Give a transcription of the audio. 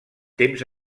temps